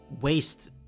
waste